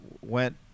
went